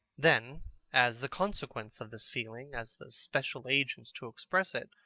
then as the consequence of this feeling, as the special agents to express it,